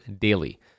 daily